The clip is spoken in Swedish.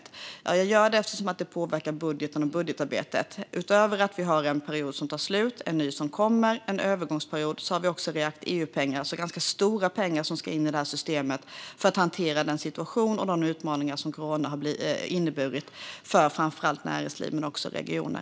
Det gör jag eftersom det påverkar budgeten och budgetarbetet. Utöver att vi har en period som tar slut, en ny som kommer och en övergångsperiod har vi också EU-pengar. Det är alltså ganska stora pengar som ska in i detta system för att hantera den situation och de utmaningar som corona har inneburit för framför allt näringsliv men också regioner.